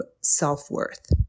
self-worth